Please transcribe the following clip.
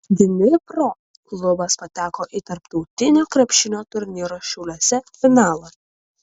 dnipro klubas pateko į tarptautinio krepšinio turnyro šiauliuose finalą